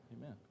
Amen